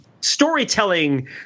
storytelling